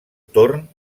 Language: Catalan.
torn